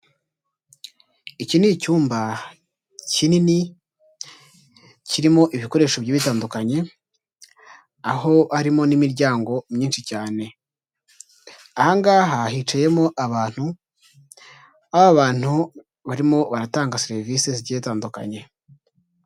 Iki ni icyumba kinini kirimo ibikoresho bigiye bitandukanye, aho harimo n'imiryango myinshi cyane, aha ngaha hicayemo abantu, aho abantu barimo baratanga serivisi zigiye zitandukanye.